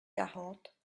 quarante